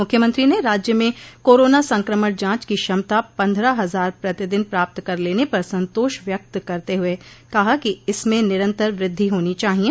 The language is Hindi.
मूख्यमंत्री ने राज्य में कोरोना संक्रमण जांच की क्षमता पन्द्रह हजार प्रतिदिन प्राप्त कर लेने पर संतोष व्यक्त करते हुए कहा कि इसमें निरन्तर वृद्धि होनी चाहिये